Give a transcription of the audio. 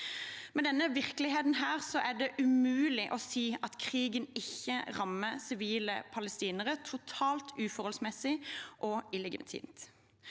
Med denne virkeligheten er det umulig å si at krigen ikke rammer sivile palestinere totalt uforholdsmessig og illegitimt,